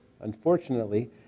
Unfortunately